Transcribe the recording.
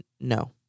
no